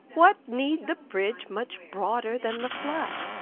what need the bridge much broader than the flood?